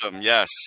yes